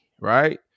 right